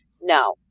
No